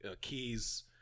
keys